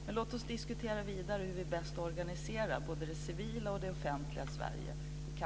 Men låt oss diskutera vidare hur vi bäst organiserar både det civila och det offentliga